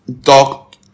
doc